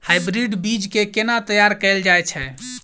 Hybrid बीज केँ केना तैयार कैल जाय छै?